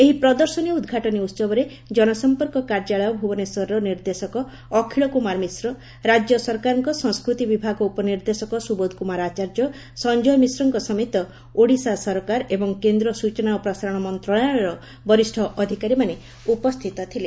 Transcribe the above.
ଏହି ପ୍ରଦର୍ଶନୀ ଉଦ୍ଘାଟନୀ ଉହବରେ ଜନସମ୍ମର୍କ କାର୍ଯ୍ୟାଳୟ ଭୁବନେଶ୍ୱରର ନିର୍ଦ୍ଦେଶକ ଅଖଳ କୁମାର ମିଶ୍ର ରାଜ୍ୟ ସରକାରଙ୍କ ସଂସ୍କୃତି ବିଭାଗ ଉପନିର୍ଦ୍ଦେଶକ ସୁବୋଧ କୁମାର ଆଚାର୍ଯ୍ୟ ସଞ୍ଞୟ ମିଶ୍ରଙ୍କ ସମେତ ଓଡ଼ିଶା ସରକାର ଏବଂ କେନ୍ଦ୍ର ସୂଚନା ଓ ପ୍ରସାରଣ ମନ୍ତଶାଳୟର ବରିଷ୍ଟ ଅଧ୍କାରୀମାନେ ଉପସ୍ଥିତ ଥିଲେ